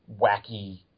wacky